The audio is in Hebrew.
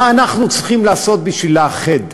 מה אנחנו צריכים לעשות בשביל לאחד?